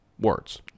words